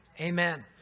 Amen